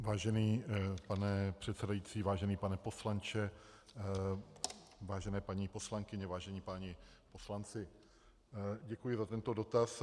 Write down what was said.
Vážený pane předsedající, vážený pane poslanče, vážené paní poslankyně, vážení páni poslanci, děkuji za tento dotaz.